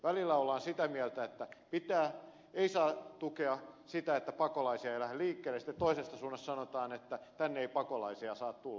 välillä ollaan sitä mieltä että ei saa tukea sitä että pakolaisia ei lähde liikkeelle sitten toisesta suunnasta sanotaan että tänne ei pakolaisia saa tulla